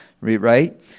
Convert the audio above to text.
right